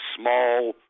small